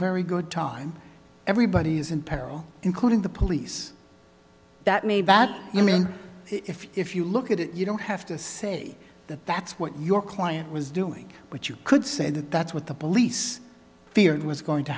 very good time everybody is in peril including the police that made that i mean if you if you look at it you don't have to say that that's what your client was doing but you could say that that's what the police feared was going to